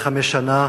בושה,